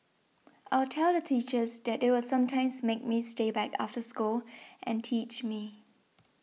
I'll tell the teachers that they will sometimes make me stay back after school and teach me